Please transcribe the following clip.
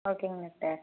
ஓகேங்க டாக்டர்